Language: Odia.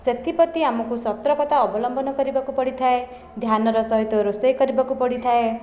ସେଥିପ୍ରତି ଆମକୁ ସତର୍କତା ଅବଲମ୍ବନ କରିବାକୁ ପଡ଼ିଥାଏ ଧ୍ୟାନର ସହିତ ରୋଷେଇ କରିବାକୁ ପଡ଼ିଥାଏ